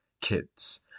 kids